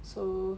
so